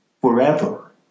forever